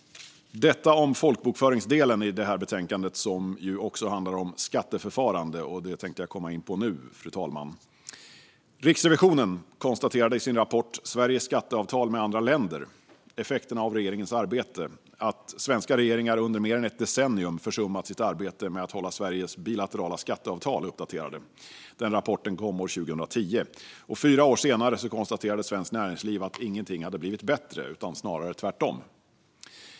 Detta om folkbokföringsdelen i detta betänkande, som ju också handlar om skatteförfarande. Det tänkte jag komma in på nu, fru talman. Riksrevisionen konstaterade i sin rapport Sveriges skatteavtal med andra länder - effekterna av regeringens arbete att svenska regeringar under mer än ett decennium försummat sitt arbete med att hålla Sveriges bilaterala skatteavtal uppdaterade. Denna rapport kom år 2010. Fyra år senare konstaterade Svenskt Näringsliv att ingenting hade blivit bättre, utan snarare tvärtom.